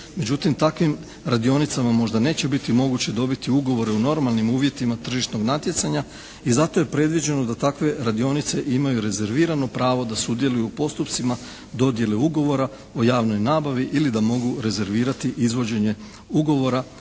Međutim takvim radionicama možda neće biti moguće dobiti ugovor o normalnim uvjetima tržišnog natjecanja i zato je predviđeno da takve radionice imaju rezervirano pravo da sudjeluju u postupcima dodjele ugovora o javnoj nabavi ili da mogu rezervirati izvođenje ugovora